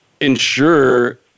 ensure